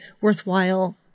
worthwhile